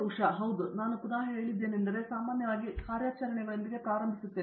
ಉಷಾ ಮೋಹನ್ ಹೌದು ನಾನು ಪುನಃ ಹೇಳಿದ್ದೇನೆಂದರೆ ಸಾಮಾನ್ಯವಾಗಿ ನಾನು ಕಾರ್ಯಾಚರಣೆಗಳೊಂದಿಗೆ ಪ್ರಾರಂಭಿಸುತ್ತೇನೆ